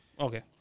Okay